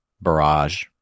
barrage